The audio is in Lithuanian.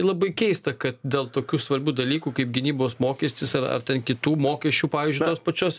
labai keista kad dėl tokių svarbių dalykų kaip gynybos mokestis ar kitų mokesčių pavyzdžiui tos pačios